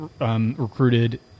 Recruited